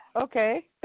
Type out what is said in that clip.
Okay